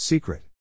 Secret